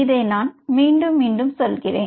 இதை நான் மீண்டும் சொல்கிறேன்